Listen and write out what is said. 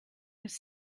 was